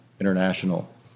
international